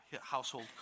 household